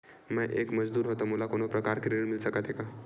मैं एक मजदूर हंव त मोला कोनो प्रकार के ऋण मिल सकत हे का?